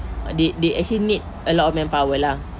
they they actually need a lot of manpower lah